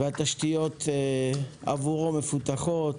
והתשתיות עבורו מפותחות.